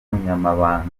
n’umunyamabanga